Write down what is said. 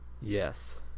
yes